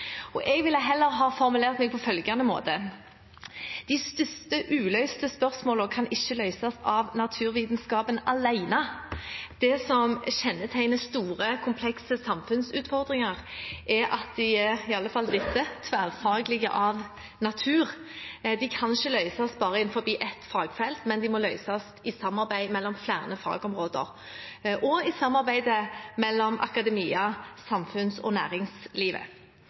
Jeg ville heller ha formulert det på følgende måte: De største uløste spørsmålene kan ikke løses av naturvitenskapen alene. Det som kjennetegner store, komplekse samfunnsutfordringer er at de – i alle fall dette – er tverrfaglige av natur. De kan ikke løses bare innenfor ett fagfelt, men må løses i samarbeid mellom flere fagområder, og i samarbeidet mellom akademia, samfunns- og næringslivet.